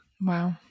Wow